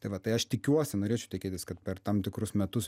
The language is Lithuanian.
tai vat tai aš tikiuosi norėčiau tikėtis kad per tam tikrus metus